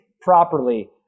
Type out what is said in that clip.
properly